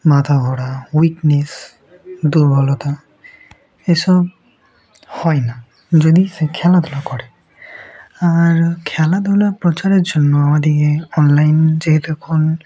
মাথা ঘোরা উইকনেস দুর্বলতা এসব হয় না যদি সে খেলাধুলা করে আর খেলাধুলা প্রচারের জন্য আমাদেরকে অনলাইন যেহেতু এখন